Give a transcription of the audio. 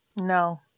No